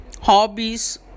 hobbies